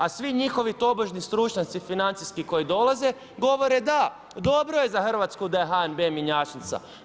A svi njihovi tobožnji stručnjaci financijski koji dolaze govore da, dobro je za Hrvatsku da je HNB mjenjačnica.